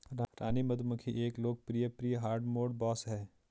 रानी मधुमक्खी एक लोकप्रिय प्री हार्डमोड बॉस है